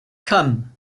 come